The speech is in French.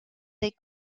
des